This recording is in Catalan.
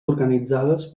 organitzades